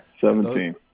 Seventeen